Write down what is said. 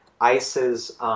ICE's